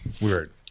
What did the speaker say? Weird